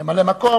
ממלא-מקום.